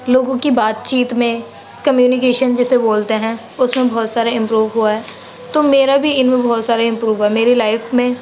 لوگوں کی بات چیت میں کمیونیکیشن جسے بولتے ہیں اس میں بہت سارے امپروو ہوا ہے تو میرا بھی ان میں بہت سارے امپروو ہوا ہے میری لائف میں